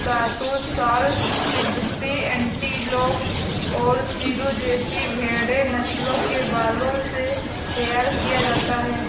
शहतूश shawl तिब्बती antelope और चिरु जैसी भेड़ नस्लों के बालों से तैयार किया जाता है